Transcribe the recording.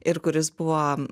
ir kuris buvo